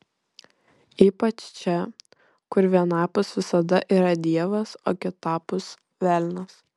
ypač čia kur vienapus visada yra dievas o kitapus velnias